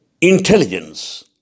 intelligence